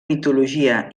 mitologia